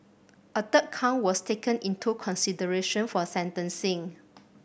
a third count was taken into consideration for sentencing